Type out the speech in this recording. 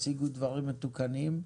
תציגו דברים מתוקנים.